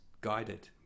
guided